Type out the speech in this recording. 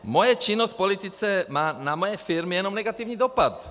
Moje činnost v politice má na moje firmy jenom negativní dopad.